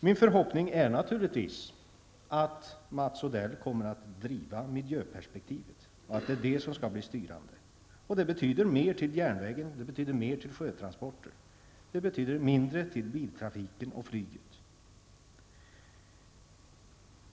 Min förhoppning är att Mats Odell kommer att driva miljöperspektivet och att detta skall bli styrande. Det betyder mer till järnvägen och sjötransporter och mindre till biltrafiken och flyget.